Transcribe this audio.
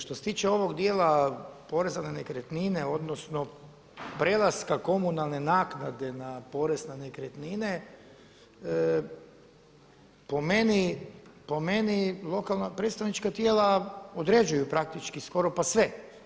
Što se tiče ovog dijela poreza na nekretnine odnosno prelaska komunalne naknade na porez na nekretnine po meni lokalna predstavnička tijela određuju praktički skoro pa sve.